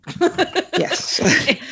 Yes